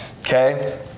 Okay